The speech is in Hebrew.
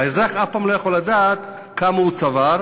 והאזרח אף פעם לא יכול לדעת כמה הוא צבר.